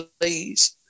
please